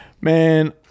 man